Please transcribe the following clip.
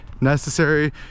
necessary